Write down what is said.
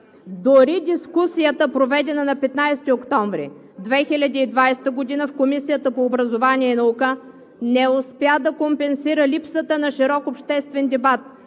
Дори дискусията, проведена на 15 октомври 2020 г. в Комисията по образованието и науката, не успя да компенсира липсата на широк обществен дебат,